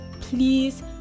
please